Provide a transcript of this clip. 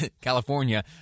California